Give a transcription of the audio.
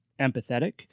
empathetic